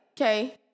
Okay